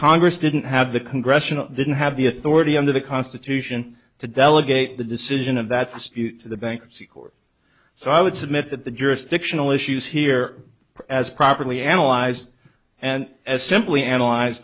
congress didn't have the congressional didn't have the authority under the constitution to delegate the decision of that's to the bankruptcy court so i would submit that the jurisdictional issues here as properly analyze and as simply analyze